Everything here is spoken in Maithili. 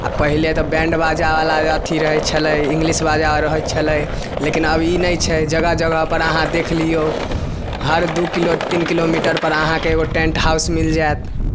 आ पहिले तऽ बैंडबाजावला अथि रहै छलै इंग्लिश बाजा रहै छलै लेकिन आब ई नहि छै जगह जगहपर अहाँ देखि लियौ हर दू किलो तीन किलोमीटरपर अहाँके एगो टेंट हाउस मिल जायत